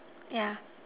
yeah